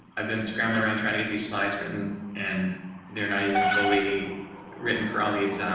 i've been scrambling around trying to get these slides written and they're not even fully written for all these